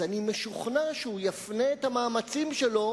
אז אני משוכנע שהוא יפנה את המאמצים שלו